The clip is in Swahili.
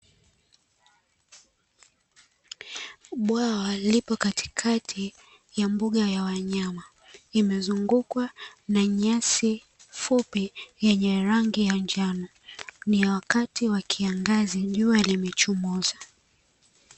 Bwawa lipo katikati ya mbuga ya wanyama, limezungukwa na nyasi fupi yenye rangi ya njano. Ni wakati wa kiangazi, jua limechomoza.